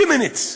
קמיניץ.